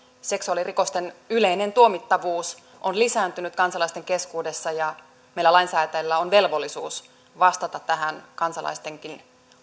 seksuaalirikosten yleinen tuomittavuus on lisääntynyt kansalaisten keskuudessa ja meillä lainsäätäjillä on velvollisuus vastata tähän kansalaistenkin